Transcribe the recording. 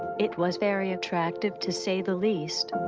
it was very attractive, to say the least.